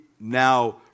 now